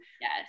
Yes